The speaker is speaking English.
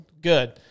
Good